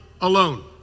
alone